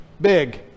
big